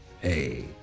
Hey